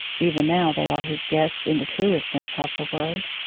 even now they are his guests in the truest sense of the word.